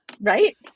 Right